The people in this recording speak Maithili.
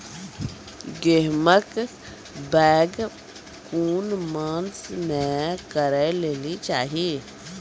गेहूँमक बौग कून मांस मअ करै लेली चाही?